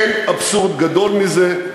אין אבסורד גדול מזה,